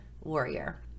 warrior